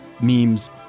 memes